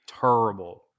Terrible